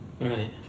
Right